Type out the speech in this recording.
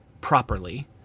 properly